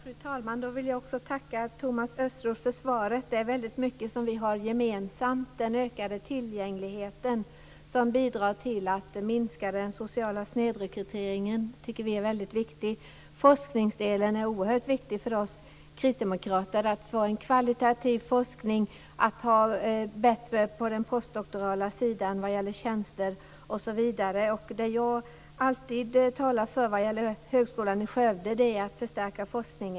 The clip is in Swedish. Fru talman! Jag vill tacka Thomas Östros för svaret. Det är väldigt mycket som vi har gemensamt. Vi tycker t.ex. att den ökande tillgängligheten som bidrar till att minska den sociala snedrekryteringen är väldigt viktig. Forskningsdelen är oerhört viktig för oss kristdemokrater. Vi vill ha en kvalitativ forskning, ha det bättre på den postdoktorala sidan när det gäller tjänster osv. Det som jag alltid talar för beträffande högskolan i Skövde är att man skall förstärka forskningen.